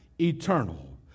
eternal